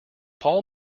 paul